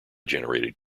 generated